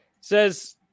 Says